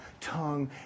tongue